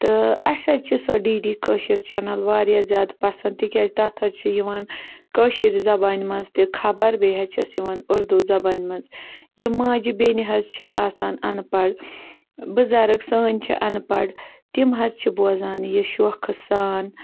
تہٕ اَسہِ حظ چھِ سۄ ڈی ڈی کٲشٕر چَنَل واریاہ زیادٕ پسنٛد تِکیٛازِ تَتھ حظ چھِ یِوان کٲشِرۍ زبانہِ منٛز تہِ خبر بیٚیہِ حظ چھَس یِوان اُردو زبانہِ منٛز یِم ماجہٕ بیٚنہِ حظ چھِ آسان اَنپَڑھ بُزَرگ سٲنۍ چھِ اَنپڑھ تِم حظ چھِ بوزان یہِ شوقہٕ سان